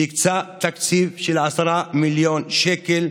שהקצה תקציב של 10 מיליון שקל.